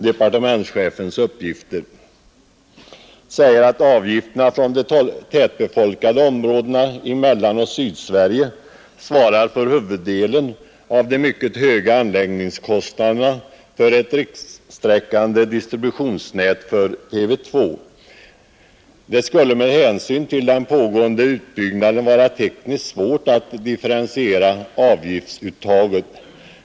Departementschefen sade: ”Avgiftsintäkterna från de tätbefolkade områdena i Mellanoch Sydsverige svarar för huvuddelen av de mycket höga anläggningskostnaderna för ett rikstäckande distributionsnät för TV 2. Det skulle med hänsyn till den pågående utbyggnaden vara tekniskt svårt att differentiera avgiftsuttaget.